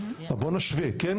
בוא נשווה, כן?